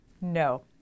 No